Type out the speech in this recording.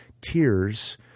tears